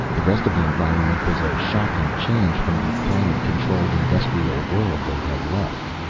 the rest of the environment was a shocking change from the climate-controlled industrial world they had left.